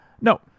No